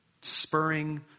spurring